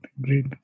great